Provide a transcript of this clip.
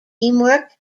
teamwork